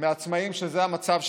מעצמאים שזה המצב שלהם.